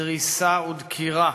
דריסה ודקירה.